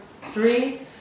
three